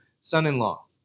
son-in-law